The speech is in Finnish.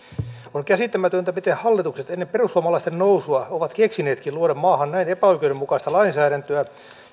on käsittämätöntä miten hallitukset ennen perussuomalaisten nousua ovat keksineetkin luoda maahan näin epäoikeudenmukaista lainsäädäntöä